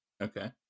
Okay